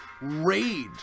raid